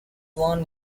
warn